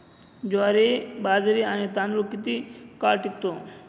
ज्वारी, बाजरी आणि तांदूळ किती काळ टिकतो?